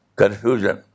confusion